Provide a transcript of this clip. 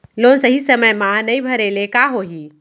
Loan सही समय मा नई भरे ले का होही?